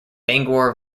bangor